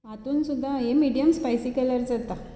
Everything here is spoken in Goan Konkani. हातूंत सुद्दा हें मिडियम स्पायसी केल्यार जाता